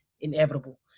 inevitable